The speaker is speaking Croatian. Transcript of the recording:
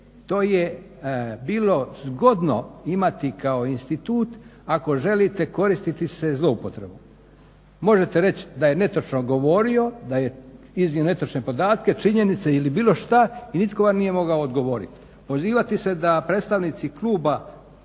to je bilo zgodno imati kao institut ako želite koristiti se zloupotrebom. Možete reći da netočno govorio, da je iznio netočne podatke, činjenice ili bilo šta i nitko vam nije mogao odgovoriti. Pozivati se da predstavnici kluba